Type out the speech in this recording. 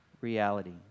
reality